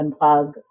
unplug